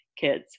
kids